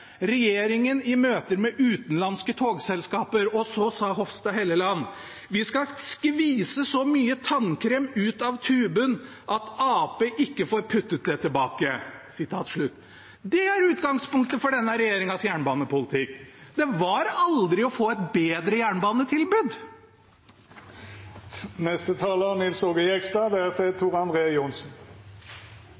Regjeringen i møter med utenlandske togselskaper.» Og så sa Hofstad Helleland: «Vi skal skvise så mye tannkrem ut av tuben at Ap ikke får puttet det tilbake.» Det er utgangspunktet for denne regjeringens jernbanepolitikk. Det var aldri å få et bedre jernbanetilbud.